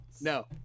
no